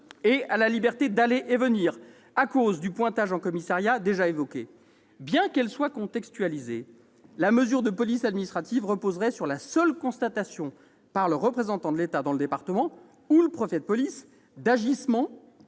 et à la liberté d'aller et venir, en raison du pointage en commissariat, déjà évoqué. Bien qu'elle soit contextualisée, la mesure de police administrative reposerait sur la seule constatation, par le représentant de l'État dans le département ou par le préfet de police, d'agissements